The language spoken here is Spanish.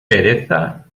pereza